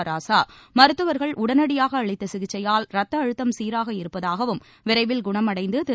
ராசா மருத்துவர்கள் உடனடியாக அளித்த சிகிச்சையால் ரத்த அழுத்தம் சீராக இருப்பதாகவும் விரைவில் குணமடைந்து திரு